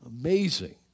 Amazing